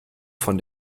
von